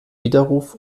widerruf